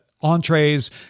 entrees